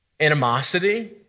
animosity